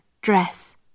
dress